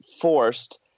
forced